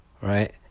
right